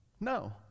No